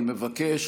אני מבקש